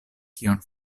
kion